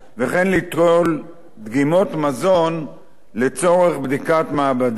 וכן ליטול דגימות מזון לצורך בדיקת מעבדה.